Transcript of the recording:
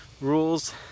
rules